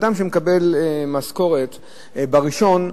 אדם שמקבל משכורת ב-1,